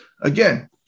Again